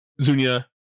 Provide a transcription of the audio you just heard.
Zunia